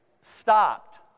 stopped